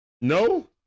No